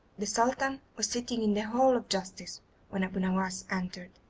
the sultan was sitting in the hall of justice when abu nowas entered,